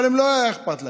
אבל הם, לא היה אכפת להם,